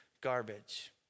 garbage